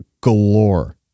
galore